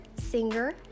singer